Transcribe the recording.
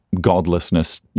godlessness